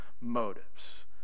motives